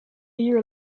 year